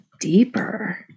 deeper